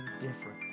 different